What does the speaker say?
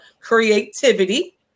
creativity